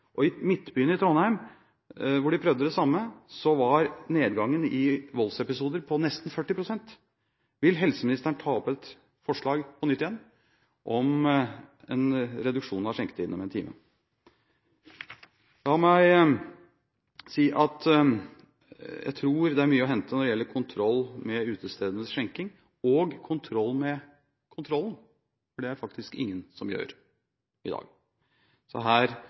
i Trondheim, hvor de prøvde det samme, var nedgangen i voldsepisoder på nesten 40 pst. Vil helseministeren på nytt ta opp et forslag om en reduksjon av skjenketiden med én time? La meg si at jeg tror det er mye å hente når det gjelder kontroll med utestedenes skjenking og kontroll med kontrollen, for det er det faktisk ingen som gjør i dag, så